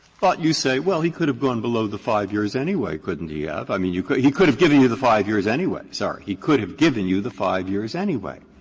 but you say, well, he could have gone below the five years anyway, couldn't he ah have? i mean, you he could have given you the five years anyway. sorry, he could have given you the five years anyway.